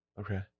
Okay